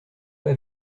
pas